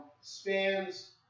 spans